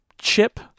chip